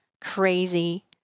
crazy